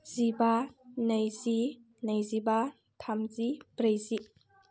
जिबा नैजि नैजिबा थामजि ब्रैजि